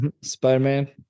Spider-Man